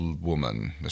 woman